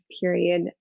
period